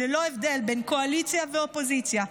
ללא הבדל בין קואליציה לאופוזיציה,